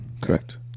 Correct